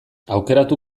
aukeratu